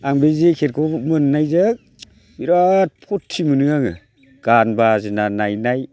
आं बे जेकेटखौ मोननायजों बिराद फुर्ति मोनो आङो गान बाजिना नायनाय